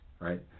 right